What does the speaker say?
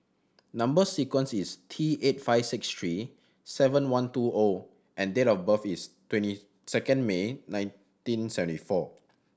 number sequence is T eight five six three seven one two O and date of birth is twenty second May nineteen seventy four